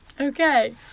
Okay